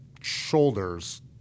shoulders